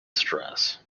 stress